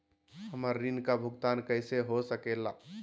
हमरा ऋण का भुगतान कैसे हो सके ला?